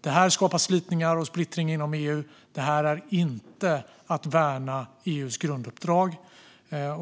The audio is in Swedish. Det här skapar slitningar och splittring inom EU. Det är inte att värna EU:s grunduppdrag.